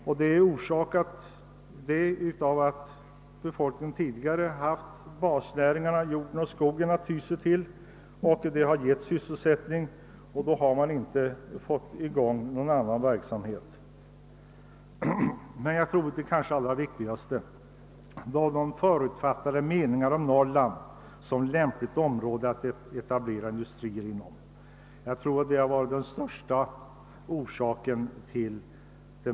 Anledningen därtill är att befolkningen tidigare har haft basnäringarna jordoch skogsbruk att ty sig till; de har givit sysselsättning och man har inte fått i gång någon annan verksamhet. För det tredje — och det tror jag är den viktigaste anledningen — råder det förutfattade meningar om lämpligheten att etablera industrier i Norrland.